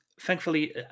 thankfully